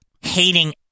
hating